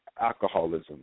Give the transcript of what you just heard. alcoholism